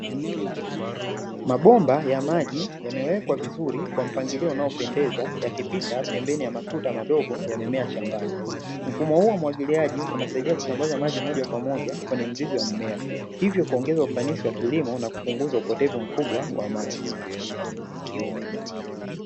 Mabomba ya maji yamewekwa vizuri kwa mpangilio unaopendeza yakipita pembeni ya matuta madogo ya mimea shambani. Mfumo huu wa umwagiliaji unasaidia kusambaza maji moja kwa moja kwenye mzizi wa mmea, hivyo kuongeza ufanisi wa kilimo kwa kupunguza upotevu mkubwa wa maji.